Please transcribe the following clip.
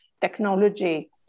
technology